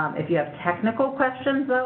um if you have technical questions though,